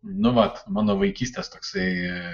nu vat mano vaikystės toksai